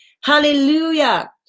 Hallelujah